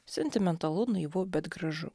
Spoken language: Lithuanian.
sentimentalu naivu bet gražu